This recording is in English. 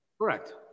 Correct